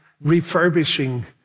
refurbishing